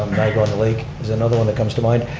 niagara and lake is another one that comes to mind.